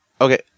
Okay